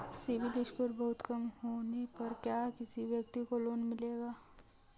CIBIL score बहुत कम होने पर क्या किसी व्यक्ति को लोंन मिलेगा?